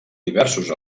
diversos